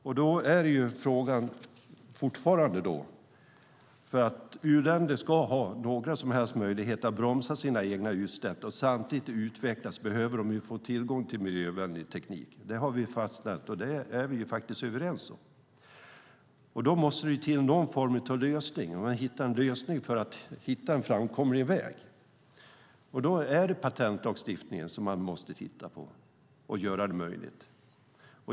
Om u-länder ska ha några som helst möjligheter att bromsa sina utsläpp och samtidigt utvecklas behöver de få tillgång till miljövänlig teknik. Det har vi fastställt, och det är vi överens om. Då måste det till någon form av lösning. Man måste hitta en lösning för att finna en framkomlig väg. Det är då patentlagstiftningen man måste titta på för att göra det möjligt.